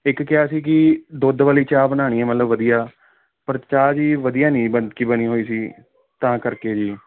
ਇੱਕ ਕਿਹਾ ਸੀ ਕਿ ਦੁੱਧ ਵਾਲੀ ਚਾਹ ਬਣਾਉਣੀ ਹੈ ਮਤਲਬ ਵਧੀਆ ਪਰ ਚਾਹ ਜੀ ਵਧੀਆ ਨਹੀਂ ਬਣ ਕੀ ਬਣੀ ਹੋਈ ਸੀ ਤਾਂ ਕਰਕੇ ਜੀ